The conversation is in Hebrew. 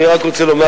רוצה לומר